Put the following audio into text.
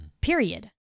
Period